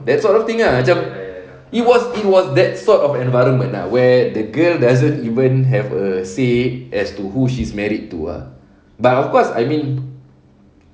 that sort of thing ah macam it was it was that sort of environment where the girl doesn't even have a say as to who she's married to ah but of course I mean